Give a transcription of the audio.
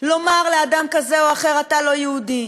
לומר לאדם כזה או אחר: אתה לא יהודי,